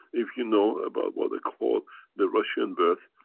if you know about what they call the russian birth.